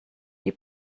die